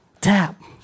Tap